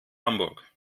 hamburg